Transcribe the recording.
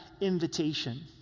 invitation